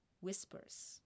whispers